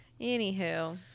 Anywho